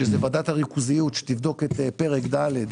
שזו ועדת הריכוזיות שתבדוק את פרק ד',